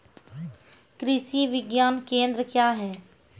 कृषि विज्ञान केंद्र क्या हैं?